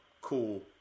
cool